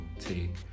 take